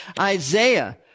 Isaiah